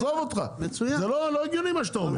זה לא הגיוני מה שאתם אומרים.